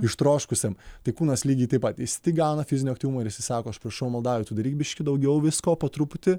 ištroškusiam tai kūnas lygiai taip pat jis tik gauna fizinio aktyvumo ir jisai sako aš prašau maldauju tu daryk biškį daugiau visko po truputį